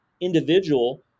individual